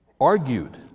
argued